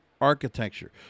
Architecture